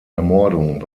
ermordung